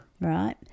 Right